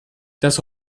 das